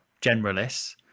generalists